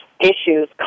issues